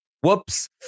Whoops